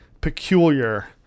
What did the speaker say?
peculiar